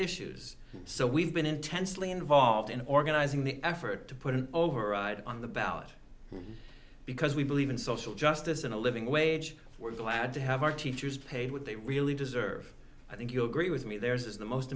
issues so we've been intensely involved in organizing the effort to put an override on the ballot because we believe in social justice and a living wage we're glad to have our teachers paid what they really deserve i think you'll agree with me there is the most